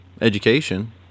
education